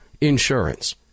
insurance